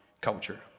culture